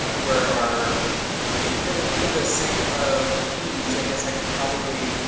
ah where our i mean, for the for the sake of ease, i guess i can probably